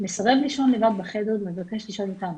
מסרב לישון לבד בחדר ומבקש לישון איתנו.